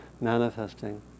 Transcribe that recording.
manifesting